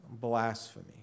blasphemy